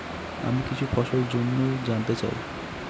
আমি কিছু ফসল জন্য জানতে চাই